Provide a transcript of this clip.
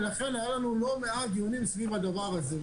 ולכן היו לנו לא מעט דיונים סביב הדבר הזה.